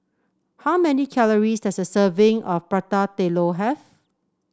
how many calories does a serving of Prata Telur have